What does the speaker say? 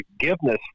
forgiveness